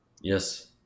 Yes